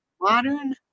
modern